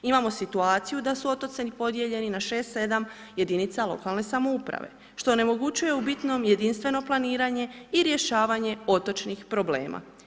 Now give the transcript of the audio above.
Imamo situaciju da su otoci podijeljeni na 6, 7 jedinica lokalne samouprave što onemogućuje u bitnom jedinstveno planiranje i rješavanje otočnih problema.